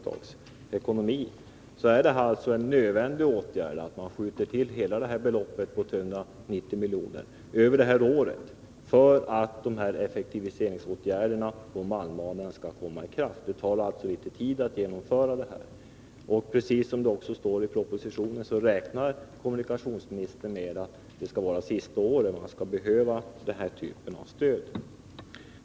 Jag vill hävda att det är nödvändigt att skjuta till hela beloppet 390 milj.kr. under detta år för att effektiviseringsåtgärderna på malmbanan skall kunna genomföras. Det tar alltid litet tid att genomföra sådana åtgärder, och precis som det står i propositionen räknar kommunikationsministern med att det skall vara sista året som den här typen av stöd behövs.